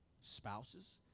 spouses